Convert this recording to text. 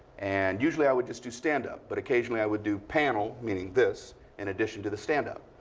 and usually, i would just do stand-up. but occasionally, i would do panel meaning this in addition to the stand-up.